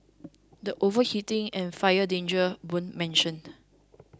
the overheating and fire dangers weren't mentioned